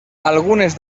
algunes